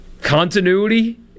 Continuity